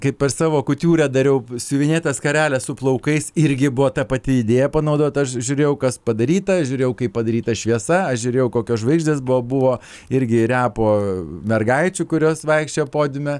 kaip aš savo kutiūrą dariau siuvinėtą skarelę su plaukais irgi buvo ta pati idėja panaudota aš žiūrėjau kas padaryta žiūrėjau kaip padaryta šviesa aš žiūrėjau kokios žvaigždės buvo buvo irgi repo mergaičių kurios vaikščiojo podiume